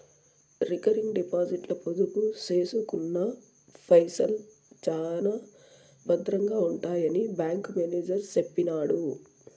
recurring డిపాజిట్ల పొదుపు సేసుకున్న పైసల్ శానా బద్రంగా ఉంటాయని బ్యాంకు మేనేజరు సెప్పినాడు